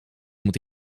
moet